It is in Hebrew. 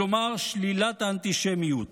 כלומר שלילת האנטישמיות,